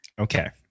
Okay